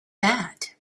that